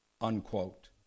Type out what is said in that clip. unquote